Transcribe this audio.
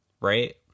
Right